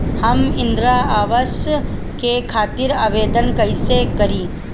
हम इंद्रा अवास के खातिर आवेदन कइसे करी?